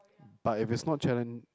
but if is not challen~